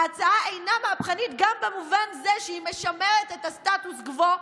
ההצעה אינה מהפכנית גם במובן זה שהיא משמרת את הסטטוס קוו,